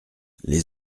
les